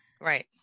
Right